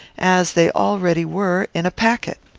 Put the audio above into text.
as they already were, in a packet.